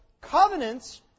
Covenants